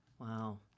Wow